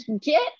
Get